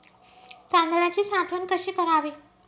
तांदळाची साठवण कशी करावी?